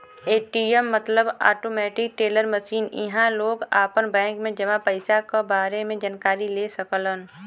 ATM मतलब automatic teller machine इहां लोग आपन बैंक में जमा पइसा क बारे में जानकारी ले सकलन